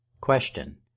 Question